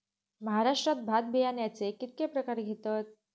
महाराष्ट्रात भात बियाण्याचे कीतके प्रकार घेतत?